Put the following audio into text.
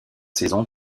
saisons